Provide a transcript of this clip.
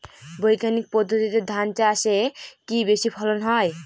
বৈজ্ঞানিক পদ্ধতিতে ধান চাষে কি বেশী ফলন হয়?